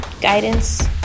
guidance